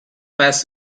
pass